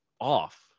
off